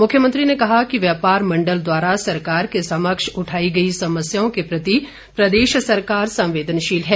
मुख्यमंत्री ने कहा कि व्यापार मंडल द्वारा सरकार के समक्ष उठाई गई समस्याओं के प्रति प्रदेश सरकार संवेदनशील है